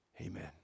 amen